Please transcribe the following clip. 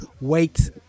wait